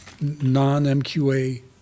non-MQA